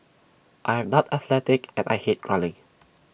I am not athletic and I hate running